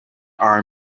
are